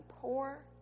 poor